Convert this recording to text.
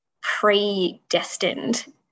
predestined